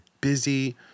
busy